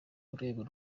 b’urwego